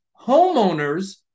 homeowners